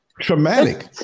traumatic